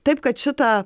taip kad šitą